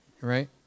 right